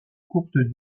courte